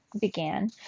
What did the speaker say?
began